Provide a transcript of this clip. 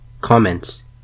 Comments